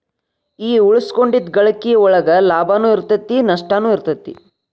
ಈ ಉಳಿಸಿಕೊಂಡಿದ್ದ್ ಗಳಿಕಿ ಒಳಗ ಲಾಭನೂ ಇರತೈತಿ ನಸ್ಟನು ಇರತೈತಿ